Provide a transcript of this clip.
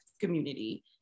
community